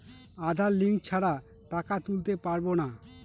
আধার link ছাড়া টাকা তুলতে পারব না?